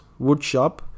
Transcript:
woodshop